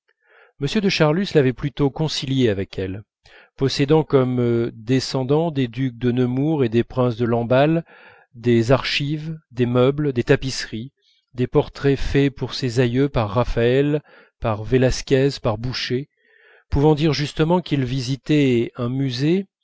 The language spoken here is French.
m de charlus l'avait plutôt concilié avec elles possédant comme descendant des ducs de nemours et des princes de lamballe des archives des meubles des tapisseries des portraits faits pour ses aïeux par raphaël par vélasquez par boucher pouvant dire justement qu'il visitait un musée